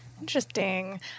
Interesting